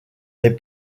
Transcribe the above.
est